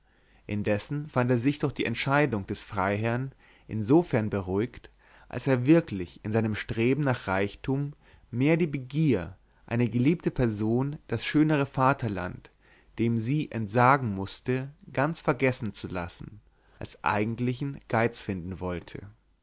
indessen fand er sich durch die entscheidung des freiherrn insofern beruhigt als er wirklich in seinem streben nach reichtum mehr die begier eine geliebte person das schönere vaterland dem sie entsagen mußte ganz vergessen zu lassen als eigentlichen geiz finden wollte